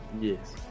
Yes